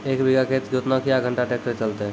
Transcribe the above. एक बीघा खेत जोतना क्या घंटा ट्रैक्टर चलते?